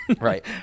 Right